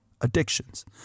addictions